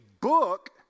book